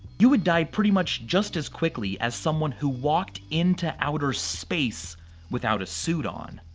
you would die pretty much just as quickly as someone who walked into outer space without a suit on.